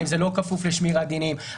האם זה לא כפוף לשמירת דינים,